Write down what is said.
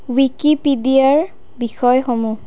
ৱিকিপিডিয়াৰ বিষয়সমূহ